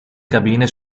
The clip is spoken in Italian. cabine